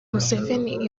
museveni